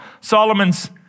Solomon's